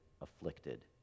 afflicted